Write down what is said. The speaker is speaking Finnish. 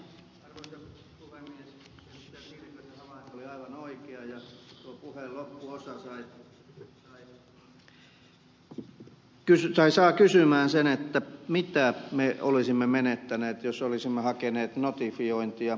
tiilikaisen puheenvuoro oli aivan oikea ja tuo puheen loppuosa saa kysymään mitä me olisimme menettäneet jos olisimme hakeneet notifiointia